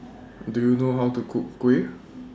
Do YOU know How to Cook Kuih